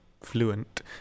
fluent